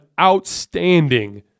outstanding